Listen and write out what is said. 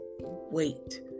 wait